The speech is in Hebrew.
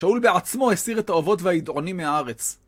שאול בעצמו הסיר את האובות והידעונים מהארץ.